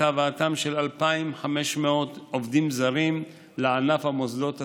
הבאתם של 2,500 עובדים זרים לענף המוסדות הסיעודיים.